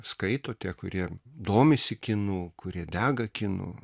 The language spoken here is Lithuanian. skaito tie kurie domisi kinu kurie dega kinu